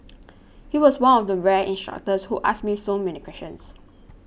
he was one of the rare instructors who asked me so many questions